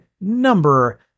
number